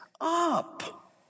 up